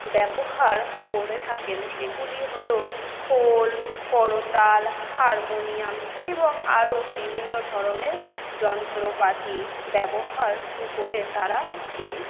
ব্যবহার করে থাকেন সেগুলি হল খোল করোতাল হারমোনিয়াম এবং আরও বিভিন্ন ধরনের যন্ত্রপাতি ব্যবহার করে তারা এই